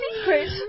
secret